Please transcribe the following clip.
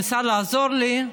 הוא ניסה לעזור לי.